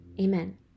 Amen